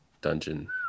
dungeon